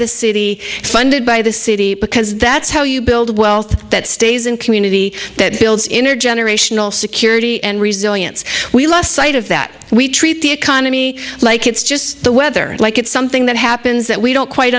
the city funded by the city because that's how you build wealth that stays in community that builds intergenerational security and resilience we lost sight of that we treat the economy like it's just the weather like it's something that happens that we don't quite